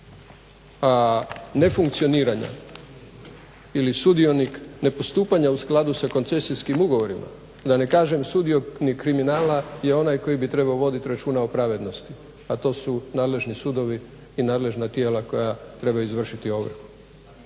nefunkcioniranja ili sudionik nepostupanja u skladu sa koncesijskim ugovorima, da ne kažem sudionik kriminala je onaj koji bi trebao vodit računa o pravednosti, a to su nadležni sudovi i nadležna tijela koja trebaju izvršiti ovrhu.